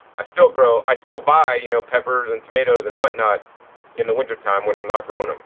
i still grow, i still buy, you know, peppers and tomatoes and what not in the winter time when i'm not growing them.